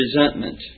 resentment